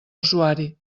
usuari